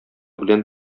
белән